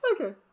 Okay